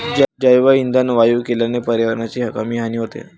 जैवइंधन वायू केल्याने पर्यावरणाची कमी हानी होते